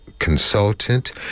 consultant